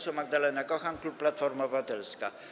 Poseł Magdalena Kochan, klub Platforma Obywatelska.